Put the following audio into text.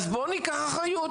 אז בואו ניקח אחריות.